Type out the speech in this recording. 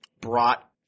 brought